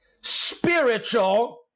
spiritual